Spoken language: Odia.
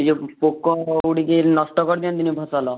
ଏଇ ଯୋଉ ପୋକ ଉଡ଼ିକି ନଷ୍ଟ କରିଦିଅନ୍ତି ନି ଫସଲ